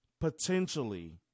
potentially